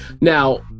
now